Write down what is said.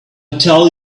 tell